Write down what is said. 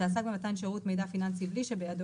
שעסק במתן שירות מידע פיננסי בלי שבידו